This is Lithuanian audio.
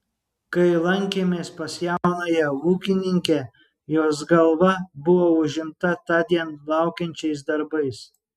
kai lankėmės pas jaunąją ūkininkę jos galva buvo užimta tądien laukiančiais darbais